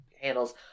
handles